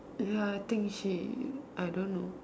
ya I think she I don't know